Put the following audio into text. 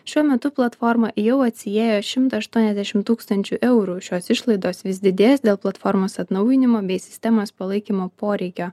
šiuo metu platforma jau atsiėjo šimtą aštuoniasdešim tūkstančių eurų šios išlaidos vis didės dėl platformos atnaujinimo bei sistemos palaikymo poreikio